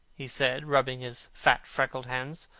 he said, rubbing his fat freckled hands.